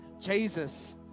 Jesus